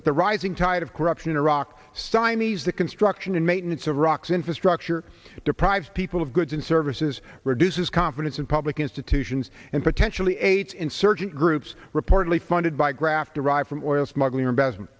that the rising tide of corruption in iraq cindi's the construction and maintenance of iraq's infrastructure deprive people of goods and services reduces confidence in public institutions and potentially ates insurgent groups reportedly funded by graft derived from oil smuggling or investment